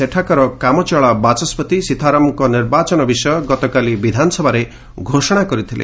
ସେଠାକାର କାମଚଳା ବାଚସ୍କତି ସୀଥାରମ୍ଙ୍କ ନିର୍ବାଚନ ବିଷୟ ଗତକାଲି ବିଧାନସଭାରେ ଘୋଷଣା କରିଥିଲେ